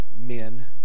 men